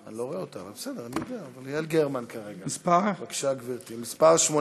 839. בבקשה, גברתי.